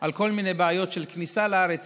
על כל מיני בעיות של כניסה לארץ